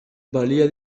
balia